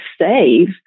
save